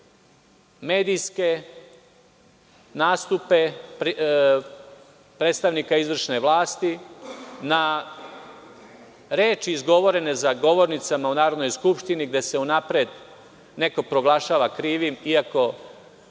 medijske nastupe predstavnika izvršne vlasti na reči izgovorene za govornicom u Narodnoj skupštini, gde se unapred neko proglašava krivim, iako